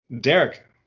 Derek